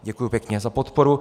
Děkuji pěkně za podporu.